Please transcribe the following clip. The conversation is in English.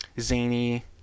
zany